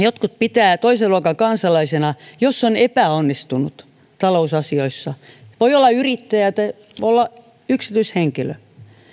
jotkut pitävät toisen luokan kansalaisena jos on epäonnistunut talousasioissa voi olla yrittäjä tai voi olla yksityishenkilö